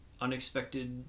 unexpected